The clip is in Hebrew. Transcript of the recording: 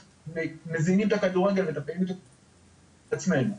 מזינים את הכדורגל ואת הפעילות ואת עצמנו.